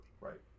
Right